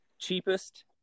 cheapest